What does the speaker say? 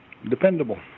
Dependable